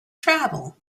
travel